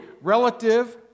relative